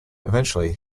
eventually